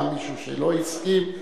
היה מישהו שלא הסכים ל-181,